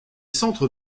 centres